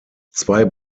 zwei